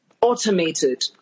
automated